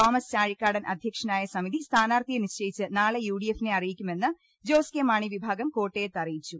Thomas Chazhikadan അധ്യക്ഷനായ സമിതി സ്ഥാനാർത്ഥിയെ നിശ്ചയിച്ച് നാളെ യുഡിഎഫിനെ അറിയിക്കുമെന്ന് ജോസ് കെ മാണി വിഭാഗം കോട്ടയത്ത് അറിയിച്ചു